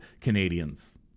Canadians